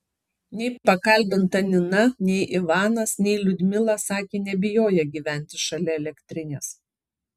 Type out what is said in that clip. nei pakalbinta nina nei ivanas nei liudmila sakė nebijoję gyventi šalia elektrinės